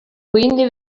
quindi